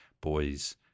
boys